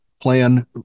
plan